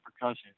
percussion